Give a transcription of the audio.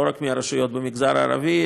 לא רק מרשויות במגזר הערבי.